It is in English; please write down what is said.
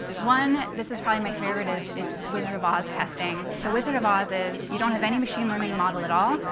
one, this is probably my favorite is is wizard of oz testing. so wizard of oz is you don't have any machine learning model at all,